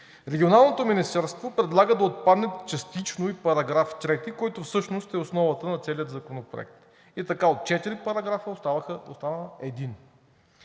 Регионалното министерство предлага да отпадне частично и § 3, който всъщност е основата на целия законопроект. И така от четири параграфа остана един.